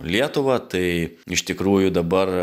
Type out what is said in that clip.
lietuvą tai iš tikrųjų dabar